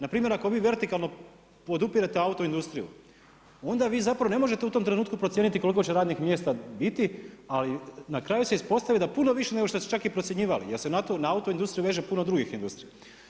Npr. ako vi vertikalno podupirete autoindustriju onda vi zapravo ne možete u tom trenutku procijeniti koliko će radnih mjesta biti, ali na kraju se ispostavi da puno više nego što su čak i procjenjivali jer se na autoindustriju veže puno drugih industrija.